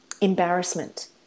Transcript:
embarrassment